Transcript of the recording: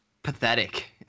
Pathetic